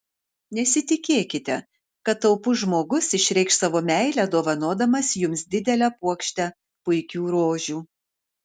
nesitikėkite kad taupus žmogus išreikš savo meilę dovanodamas jums didelę puokštę puikių rožių